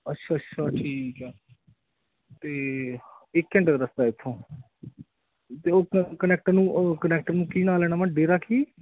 ਅੱਛਾ ਅੱਛਾ ਠੀਕ ਹੈ ਅਤੇ ਇੱਕ ਘੰਟੇ ਦਾ ਰਸਤਾ ਇੱਥੋਂ ਅਤੇ ਉਹ ਕਨੈਕਟਰ ਨੂੰ ਉਹ ਕਨੈਕਟਰ ਨੂੰ ਕੀ ਨਾਂ ਲੈਣਾ ਵਾ ਡੇਰਾ ਕੀ